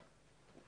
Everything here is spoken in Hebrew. במשרד האוצר,